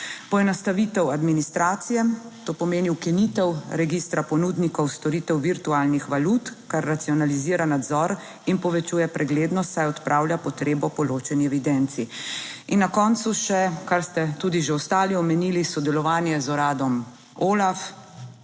Poenostavitev administracije - to pomeni ukinitev registra ponudnikov storitev virtualnih valut, kar racionalizira nadzor in povečuje preglednost, saj odpravlja potrebo po ločeni evidenci. In na koncu še, kar ste tudi že ostali omenili, sodelovanje z uradom OLAF.